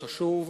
החשוב,